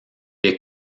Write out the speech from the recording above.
est